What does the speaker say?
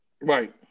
Right